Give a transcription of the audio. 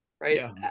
right